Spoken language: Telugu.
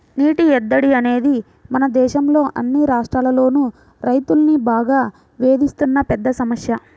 నీటి ఎద్దడి అనేది మన దేశంలో అన్ని రాష్ట్రాల్లోనూ రైతుల్ని బాగా వేధిస్తున్న పెద్ద సమస్య